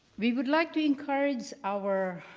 we would like to encourage our